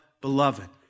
beloved